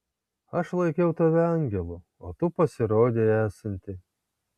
aš laikiau tave angelu o tu pasirodei esanti